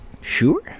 Sure